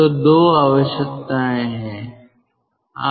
तो दो आवश्यकताएं हैं